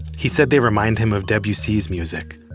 he said they remind him of debussy's music,